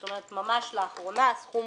זאת אומרת, ממש לאחרונה הסכום